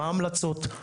מה ההמלצות.